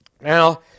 Now